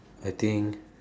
I think